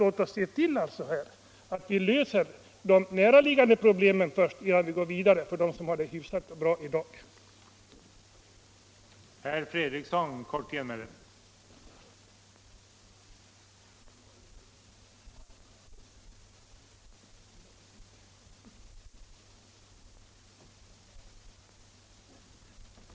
Låt oss alltså se till att vi löser de näraliggande problemen, innan vi går vidare till de människor som har en hyfsad och bra inkomst i dag.